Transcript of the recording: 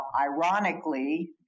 ironically